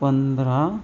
पंधरा